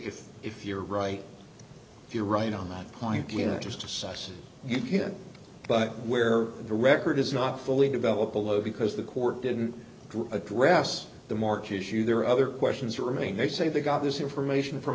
if if you're right you're right on that point gain access to sites you can but where the record is not fully developed a low because the court didn't address the march issue there are other questions that remain they say they got this information from